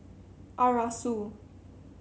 Arasu